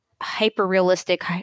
hyper-realistic